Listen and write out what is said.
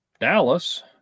Dallas